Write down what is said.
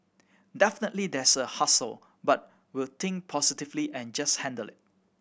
definitely there's a hassle but we will think positively and just handle it